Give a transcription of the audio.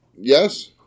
yes